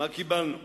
מה קיבלנו?"